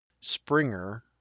Springer